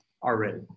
already